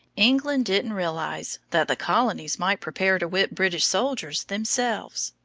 england didn't realize that the colonies might prepare to whip british soldiers themselves.